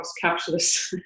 capitalist